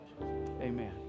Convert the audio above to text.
amen